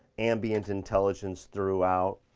ambient intelligence throughout,